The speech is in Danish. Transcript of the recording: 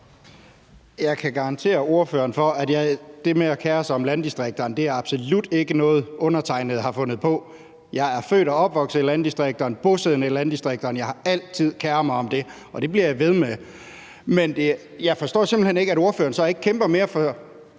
Jeg kan garantere ordføreren for, at det med at kere sig om landdistrikterne absolut ikke er noget, undertegnede bare har fundet på. Jeg er født og opvokset i landdistrikterne og er bosiddende i landdistrikterne. Jeg har altid keret mig om det, og det bliver jeg ved med. Men jeg forstår simpelt hen ikke, at ordføreren så ikke kæmper mere for